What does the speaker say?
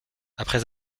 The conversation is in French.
après